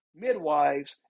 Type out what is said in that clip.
midwives